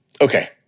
Okay